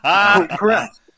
Correct